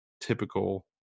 typical